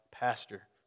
Pastor